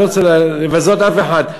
אני לא רוצה לבזות אף אחד,